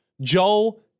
Joe